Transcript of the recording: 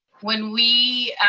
wen we